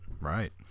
Right